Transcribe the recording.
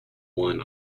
one